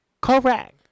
Correct